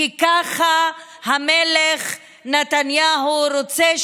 כי ככה המלך נתניהו רוצה,